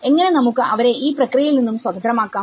എങ്ങനെ നമുക്ക് അവരെ ഈ പ്രക്രിയയിൽ നിന്നും സ്വതന്ത്രമാക്കാം